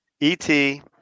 et